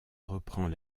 reprend